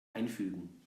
einfügen